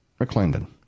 McClendon